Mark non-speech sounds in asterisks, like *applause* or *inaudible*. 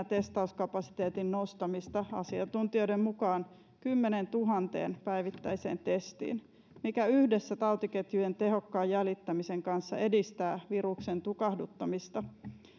*unintelligible* testauskapasiteetin nostamista asiantuntijoiden mukaan kymmeneentuhanteen päivittäiseen testiin mikä yhdessä tautiketjujen tehokkaan jäljittämisen kanssa edistää viruksen tukahduttamista